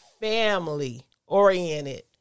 family-oriented